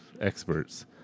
experts